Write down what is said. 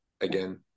again